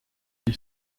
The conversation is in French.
ils